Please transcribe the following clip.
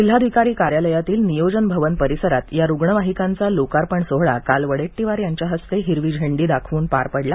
जिल्हाधिकारी कार्यालयातील नियोजन भवन परीसरात या रुग्णवाहिकांचा लोकार्पण सोहळा काल वडेट्टीवार यांच्या हस्ते हिरवा झेंडा दाखवून पार पडला